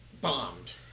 bombed